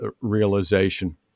realization